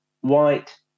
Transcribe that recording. white